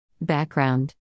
Background